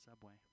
subway